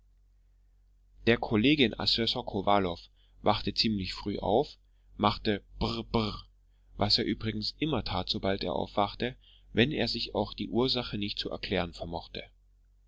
der kollegien assessor kowalow wachte ziemlich früh auf machte brr brr was er übrigens immer tat sobald er aufwachte wenn er sich auch die ursache nicht zu erklären vermochte